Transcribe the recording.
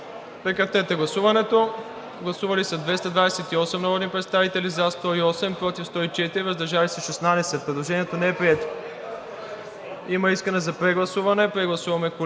завършваща на 208. Гласували 228 народни представители: за 108, против 104, въздържали се 16. Предложението не е прието. Има искане за прегласуване. Прегласуваме, колеги.